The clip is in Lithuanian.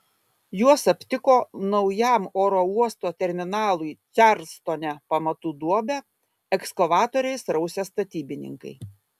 juos aptiko naujam oro uosto terminalui čarlstone pamatų duobę ekskavatoriais rausę statybininkai